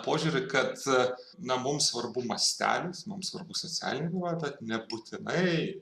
požiūrį kad na mums svarbu mastelis mums svarbu socialinė byla bet nebūtinai